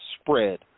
spread